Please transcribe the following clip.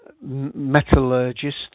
metallurgist